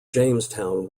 jamestown